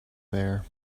there